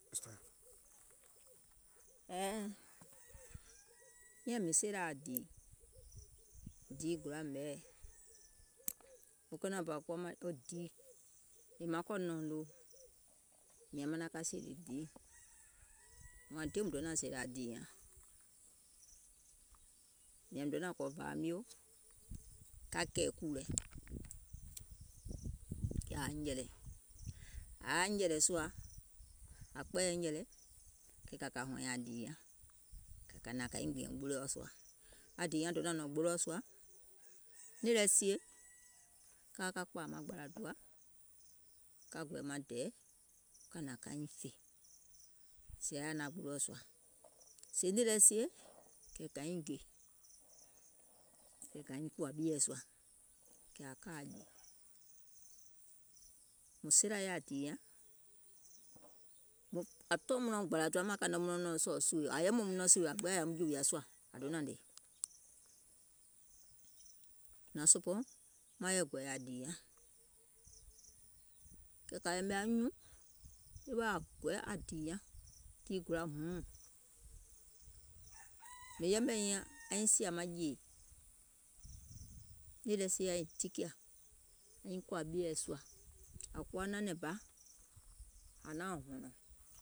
ɛ̀ɛɛ̀, miȧŋ mìŋ seelȧ aŋ dìì, diì gòla ɓɛ̀ɛɛ̀, wo kenȧŋ bȧ kuwa wo diì, yèè mìŋ kɔ̀ nɛ̀ɛ̀uŋ noo, mìȧŋ manaŋ ka sèèlè diì, wȧȧŋ diè mùŋ donȧŋ sèèlè dìì nƴaŋ, mìȧŋ mìŋ donȧŋ kɔ̀ vàa mio ka kɛ̀ɛ̀ kùù lɛ, kɛ̀ ȧŋ nyɛ̀lɛ̀, ȧŋ yaȧ nyɛ̀lɛ̀ sùȧ, ȧŋ kpɛɛyɛ̀ nyɛ̀lɛ, kɛ̀ kà kȧ hɔ̀ɔ̀nyɛ̀ŋ dìì nyȧŋ, kɛ̀ kȧ hnȧŋ kȧ nyiŋ gbìȧŋ gboloɔ̀ sùȧ, aŋ dìì nyaŋ donȧŋ nɔ̀ŋ gboloɔ̀ sùȧ, nìì lɛ sie ka ka kpȧȧ maŋ gbàlȧ tùwa, ka gɔ̀ɛ̀ɛ̀ maŋ dɛɛ, ka hnàŋ ka nyiŋ fè, sèè ȧŋ yaȧ naàŋ gboloɔ̀ sùȧ, sèè nìì lɛ sie, kɛ̀ kȧ nyiŋ dè, kɛ̀ kȧ nyiŋ kòȧ ɓieɛ̀ sùȧ, kɛ̀ ȧŋ ka ȧŋ jè nɛ̀ŋ. Mùŋ seelȧ yɛi aŋ dìì nyaŋ ȧŋ yȧùm jùwìà sùȧ, è naŋ sopòò maŋ yɛi gɔ̀ɔ̀yɛ̀ aŋ dìì nyaŋ, kɛ̀ kȧ yɛ̀mɛ̀ anyùùŋ ɗeweɛ̀ ȧŋ gɔɛɛ aŋ dìì nyaŋ, dììi gòla hùuùm, mìŋ yɛmɛ̀ nyiìŋ aŋ nyiŋ sìà maŋ jèè, nìì sie aŋ nyiŋ dikiȧ aŋ nyiŋ kòȧ ɓieɛ̀ sùȧ, ȧŋ kuwa nanɛ̀ŋ bà ȧŋ naaŋ hɔ̀nɔ̀ŋ,